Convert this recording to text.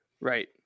Right